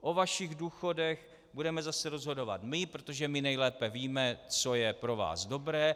O vašich důchodech budeme zase rozhodovat my, protože my nejlépe víme, co je pro vás dobré.